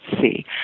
see